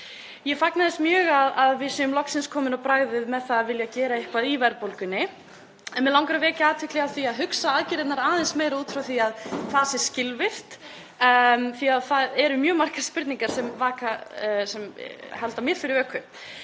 Ég fagna því mjög að við séum loksins komin á bragðið með það að vilja gera eitthvað í verðbólgunni en mig langar að vekja athygli á því að hugsa aðgerðirnar aðeins meira út frá því hvað sé skilvirkt því að það eru mjög margar spurningar sem halda vöku fyrir mér.